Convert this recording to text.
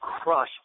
crush